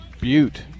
Butte